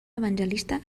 evangelista